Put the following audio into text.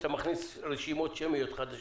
ברגע שאתה מכניס רשימות שמיות חדשות.